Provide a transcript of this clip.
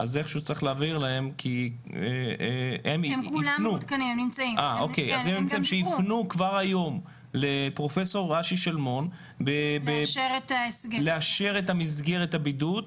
אז צריך להעביר להם שיפנו עוד היום לפרופ' שלמון לאשר את מסגרת הבידוד,